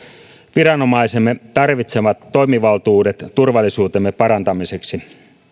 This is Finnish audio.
viranomaisemme tarvitsevat toimivaltuudet turvallisuutemme parantamiseksi